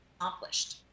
accomplished